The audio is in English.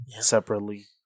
separately